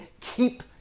keep